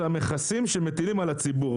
זה המכסים שמטילים על הציבור,